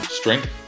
Strength